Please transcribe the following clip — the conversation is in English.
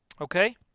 Okay